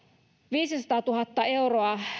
viisisataatuhatta euroa